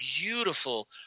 beautiful